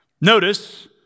Notice